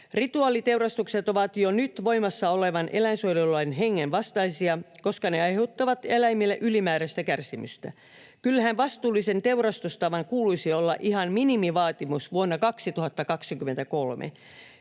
Rituaaliteurastukset ovat jo nyt voimassa olevan eläinsuojelulain hengen vastaisia, koska ne aiheuttavat eläimille ylimääräistä kärsimystä. Kyllähän vastuullisen teurastustavan kuuluisi olla ihan minimivaatimus vuonna 2023.